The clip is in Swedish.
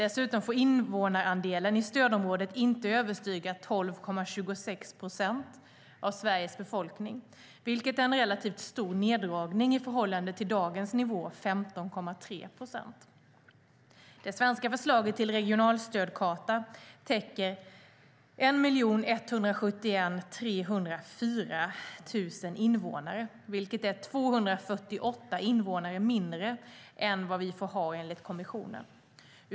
Dessutom får invånarandelen i stödområdet inte överstiga 12,26 procent av Sveriges befolkning, vilket är en relativt stor neddragning i förhållande till dagens nivå, 15,3 procent. Det svenska förslaget till regionalstödskarta täcker 1 171 304 invånare, vilket är 248 invånare mindre än vad vi får ha enligt kommissionen.